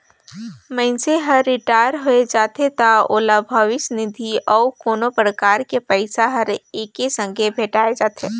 मइनसे हर रिटायर होय जाथे त ओला भविस्य निधि अउ कोनो परकार के पइसा हर एके संघे भेंठाय जाथे